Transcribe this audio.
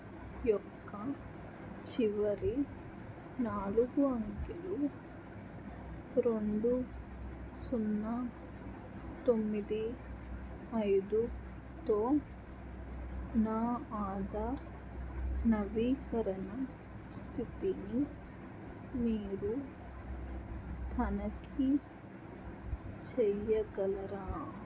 యొక్క చివరి నాలుగు అంకెలు రెండు సున్నా తొమ్మిది ఐదుతో నా ఆధార్ నవీకరణ స్థితిని మీరు తనఖీ చెయ్యగలరా